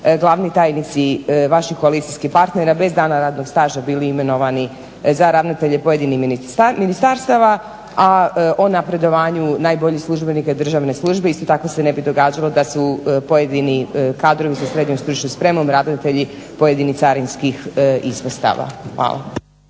glavni tajnici, vaši koalicijskih partnera bez dana radnog staža bili imenovani za ravnatelje pojedinih ministarstava, a o napredovanju najboljih službenika državne službe isto tako se ne bi događalo da su pojedini kadrovi sa srednjom stručnom spremom ravnatelji pojedinih carinskih ispostava. Hvala.